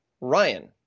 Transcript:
Ryan